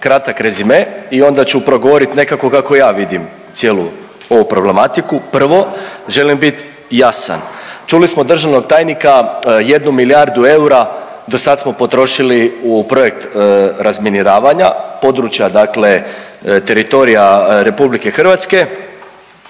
kratak rezime i onda ću progovoriti nekako kako ja vidim cijelu ovu problematiku. Prvo, želim bit jasan. Čuli smo državnog tajnika, jednu milijardu eura do sad smo potrošili u projekt razminiravanja područja dakle, teritorija RH i znamo